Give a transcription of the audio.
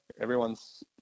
everyone's